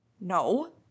No